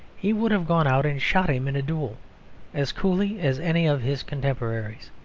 he would have gone out and shot him in a duel as coolly as any of his contemporaries.